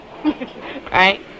Right